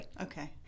Okay